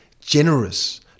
generous